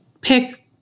pick